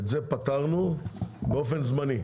את זה פתרנו באופן זמני.